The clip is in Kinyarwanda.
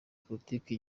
politike